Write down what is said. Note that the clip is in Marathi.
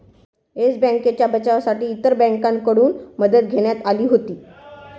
येस बँकेच्या बचावासाठी इतर बँकांकडून मदत घेण्यात आली होती